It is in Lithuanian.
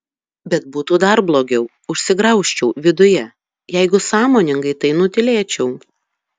bet būtų dar blogiau užsigraužčiau viduje jeigu sąmoningai tai nutylėčiau